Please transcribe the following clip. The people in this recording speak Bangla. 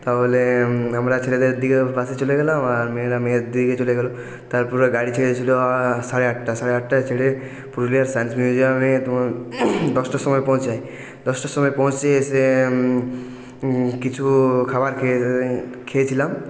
তাহলে আমরা ছেলেদের দিকের বাসে চলে গেলাম আর মেয়েরা মেয়েদের দিকে চলে গেল তারপরে গাড়ি ছেড়েছিল সাড়ে আটটা সাড়ে আটটায় ছেড়ে পুরুলিয়ার সায়েন্স মিউজিয়ামে দশটার সময়ে পৌঁছই দশটার সময়ে পৌঁছে এসে কিছু খাবার খেয়ে খেয়েছিলাম